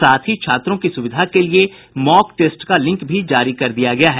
साथ ही छात्रों की सुविधा के लिये मॉक टेस्ट का लिंक भी जारी कर दिया गया है